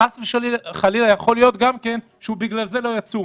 חס וחלילה יכול להיות גם כן שבגלל זה הוא לא יצום.